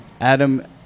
Adam